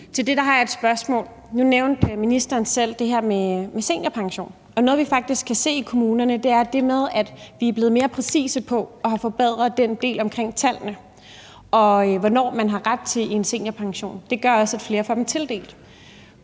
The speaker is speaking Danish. Til det har jeg et spørgsmål: Nu nævnte ministeren selv det her med seniorpension, og noget, vi faktisk kan se i kommunerne, er det med, at vi er blevet mere præcise på og har forbedret den del omkring tallene, og hvornår man har ret til en seniorpension. Det gør også, at flere får den tildelt.